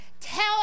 tell